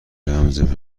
رمز